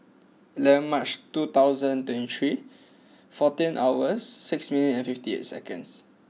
eleven March two thousand twenty three fourteen hours six minute and fifty eight seconds